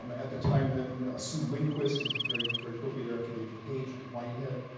um at the time then, ah sue lindquist, and very, very quickly thereafter, david page at the whitehead,